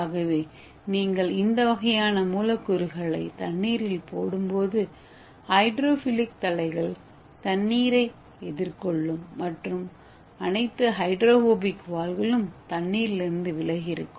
எனவே நீங்கள் இந்த வகையான மூலக்கூறுகளை தண்ணீரில் போடும்போது ஹைட்ரோஃபிலிக் தலைகள் தண்ணீரை எதிர்கொள்ளும் மற்றும் அனைத்து ஹைட்ரோபோபிக் வால்களும் தண்ணீரிலிருந்து விலகி இருக்கும்